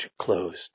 closed